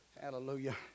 Hallelujah